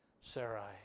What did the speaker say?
Sarai